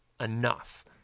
enough